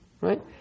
right